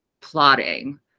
plotting